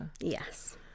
Yes